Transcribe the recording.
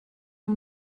you